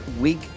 week